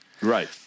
Right